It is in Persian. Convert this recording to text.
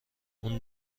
اون